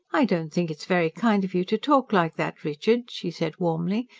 i don't think it's very kind of you to talk like that, richard, she said warmly.